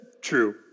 True